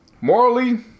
morally